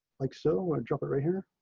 like so when i drop it right here.